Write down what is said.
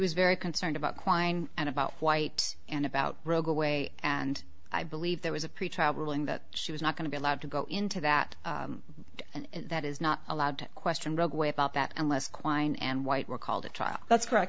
was very concerned about quine and about white and about rogue away and i believe there was a pretrial ruling that she was not going to be allowed to go into that and that is not allowed to question about that unless quine and white recalled a trial that's correct